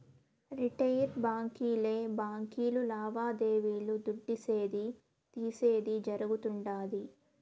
retail బాంకీలే బాంకీలు లావాదేవీలు దుడ్డిసేది, తీసేది జరగుతుండాది